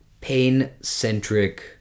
pain-centric